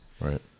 Right